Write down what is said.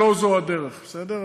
לא זו הדרך, בסדר?